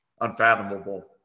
unfathomable